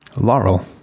Laurel